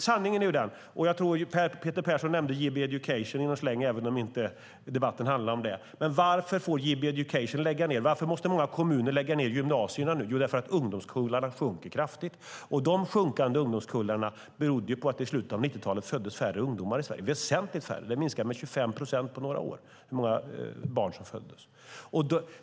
Jag tror att Peter Persson i någon släng nämnde JB Education, även om debatten inte handlar om det. Varför får JB Education lägga ned? Varför måste många kommuner lägga ned gymnasierna nu? Jo, därför att ungdomskullarna minskar kraftigt. De minskade ungdomskullarna beror på att under slutet av 90-talet föddes väsentligt färre barn i Sverige. Antalet barn som föddes minskade med 25 procent på några år.